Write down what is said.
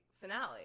finale